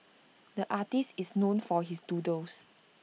the artist is known for his doodles